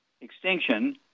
extinction